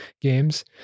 games